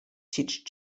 teach